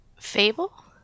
Fable